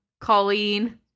Colleen